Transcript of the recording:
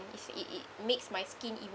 is it it makes my skin even